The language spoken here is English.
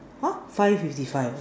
!huh! five fifty five